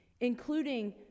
including